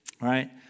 right